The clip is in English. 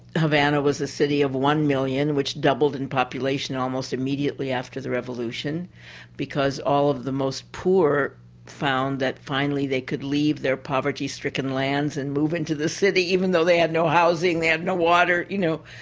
havana was a city of one million which doubled in population almost immediately after the revolution because all of the most poor found that finally they could leave their poverty-stricken lands and move into the city even though they had no housing, they had no water, you know.